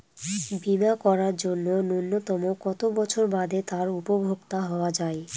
বীমা করার জন্য ন্যুনতম কত বছর বাদে তার উপভোক্তা হওয়া য়ায়?